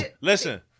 listen